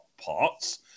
parts